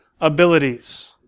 abilities